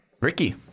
Ricky